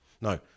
No